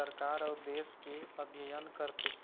सरकार अउ देश के अध्ययन करथे